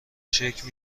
شکل